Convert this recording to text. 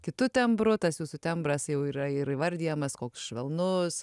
kitu tembru tas jūsų tembras jau yra ir įvardijamas koks švelnus